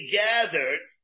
gathered